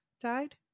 died